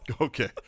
okay